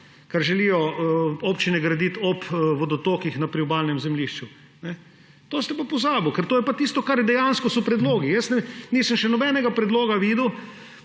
kar želijo občine graditi ob vodotokih na priobalnem zemljišču. To ste pa pozabili, ker to je pa tisto, kar so dejansko predlogi. Jaz nisem še nobenega predloga videl,